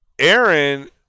Aaron